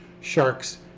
sharks